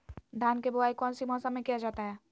धान के बोआई कौन सी मौसम में किया जाता है?